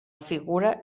figura